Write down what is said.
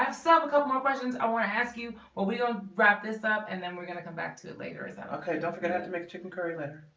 have several couple more questions i want to ask you well we don't wrap this up and then we're gonna come back to it later is that. ok don't forget have to make chicken curry later.